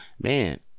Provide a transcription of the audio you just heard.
man